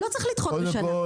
לא צריך לדחות בשנה,